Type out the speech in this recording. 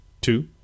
two